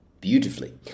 beautifully